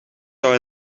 zou